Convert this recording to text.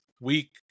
Week